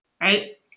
right